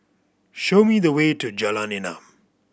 show me the way to Jalan Enam